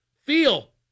feel